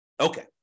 Okay